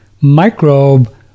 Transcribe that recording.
microbe